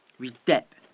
with that